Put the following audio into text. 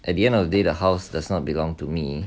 at the end of the day the house does not belong to me